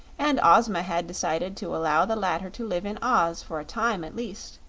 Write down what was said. and ozma had decided to allow the latter to live in oz for a time, at least.